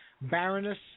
Baroness